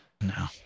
no